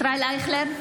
ישראל אייכלר,